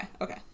Okay